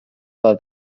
oedd